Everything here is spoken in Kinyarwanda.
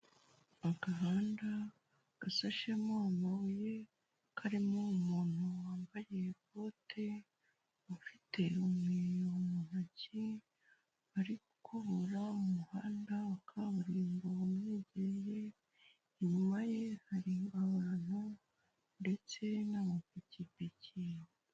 Agahanda gasashemo amabuye, karimo umuntu wambaye ikote, ufite umweyo mu ntoki, ari gukubura umuhanda wa kaburimbo umwegereye, inyuma ye hari abantu ndetse n'amapikipiki.